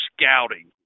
scouting